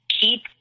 Keep